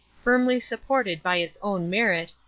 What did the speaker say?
firmly supported by its own merit,